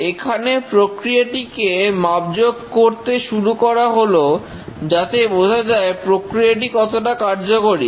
এখানে প্রক্রিয়াটিকে মাপজোক করতে শুরু করা হলো যাতে বোঝা যায় প্রক্রিয়াটি কতটা কার্যকরী